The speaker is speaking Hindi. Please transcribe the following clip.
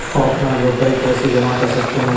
ऑफलाइन रुपये कैसे जमा कर सकते हैं?